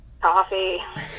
Coffee